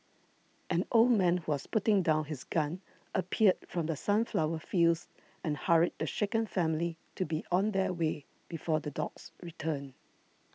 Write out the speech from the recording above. an old man who was putting down his gun appeared from the sunflower fields and hurried the shaken family to be on their way before the dogs return